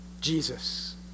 Jesus